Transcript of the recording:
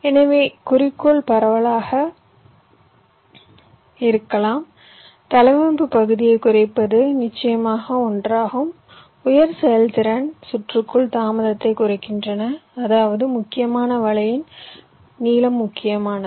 எனவே குறிக்கோள்கள் பலவாக இருக்கலாம் தளவமைப்பு பகுதியைக் குறைப்பது நிச்சயமாக ஒன்றாகும் உயர் செயல்திறன் சுற்றுகள் தாமதத்தைக் குறைக்கின்றன அதாவது முக்கியமான வலைகளின் நீளம் முக்கியமானது